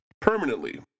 permanently